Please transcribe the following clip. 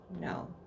No